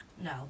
No